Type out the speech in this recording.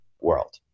world